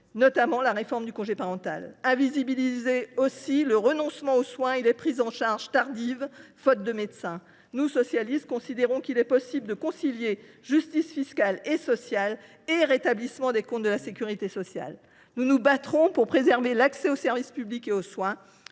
notamment la réforme du congé parental. Invisibilisés, le renoncement aux soins et les prises en charge tardives faute de médecins le sont également. Nous, socialistes, considérons qu’il est possible de concilier la justice, fiscale et sociale, et le rétablissement des comptes de la sécurité sociale. Nous nous battrons pour préserver l’accès aux services publics et aux soins,